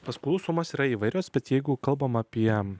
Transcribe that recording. paskolų sumos yra įvairios bet jeigu kalbame apie